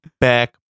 back